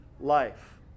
life